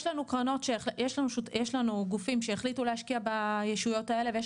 יש לנו גופים שהחליטו להשקיע בישויות האלה ויש